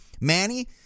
Manny